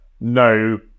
No